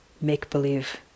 make-believe